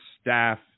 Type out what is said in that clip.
staff